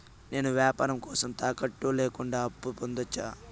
నేను వ్యాపారం కోసం తాకట్టు లేకుండా అప్పు పొందొచ్చా?